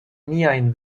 niaj